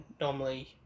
normally